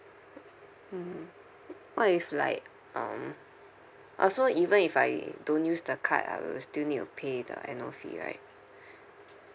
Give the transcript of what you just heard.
mm what if like um uh so even if I don't use the card I will still need to pay the annual fee right